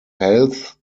health